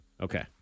Okay